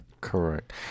Correct